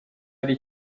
ari